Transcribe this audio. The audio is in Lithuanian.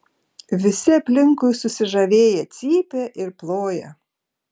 visi aplinkui susižavėję cypia ir ploja